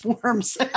forms